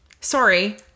sorry